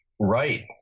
right